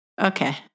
Okay